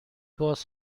باز